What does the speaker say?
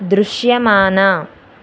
దృశ్యమాన